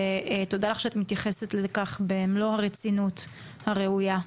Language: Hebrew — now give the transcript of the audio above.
ותודה לך שאת מתייחסת אליו במלוא הרצינות הראויה.